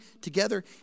together